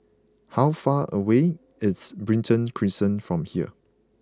how far away is Brighton Crescent from here